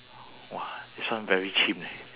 !wah! this one very chim leh